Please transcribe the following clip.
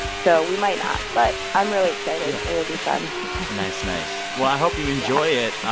so we might not. but i'm really excited. it will be fun nice. nice. well, i hope you enjoy it.